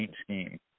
scheme